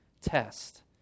test